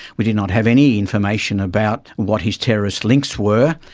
we did not have any information about what his terrorist links were.